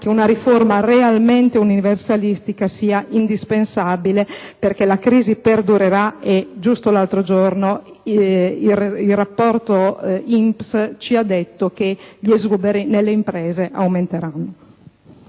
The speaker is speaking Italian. che una riforma realmente universalistica sia indispensabile, perché la crisi perdurerà e, giusto l'altro giorno, il rapporto INPS ci ha detto che gli esuberi nelle imprese aumenteranno.